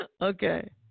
Okay